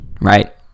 right